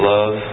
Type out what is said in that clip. Love